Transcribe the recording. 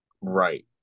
right